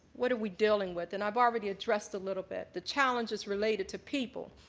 what are we dealing with and i've already addressed a little bit the challenges related to people,